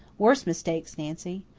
worse mistakes, nancy.